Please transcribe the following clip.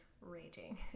raging